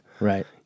Right